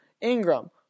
Ingram